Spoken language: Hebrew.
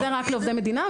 וזה רק לעובדי מדינה,